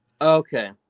Okay